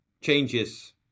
changes